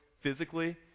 physically